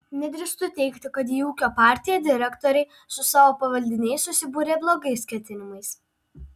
nedrįstu teigti kad į ūkio partiją direktoriai su savo pavaldiniais susibūrė blogais ketinimais